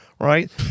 right